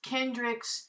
Kendrick's